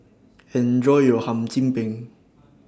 Enjoy your Hum Chim Peng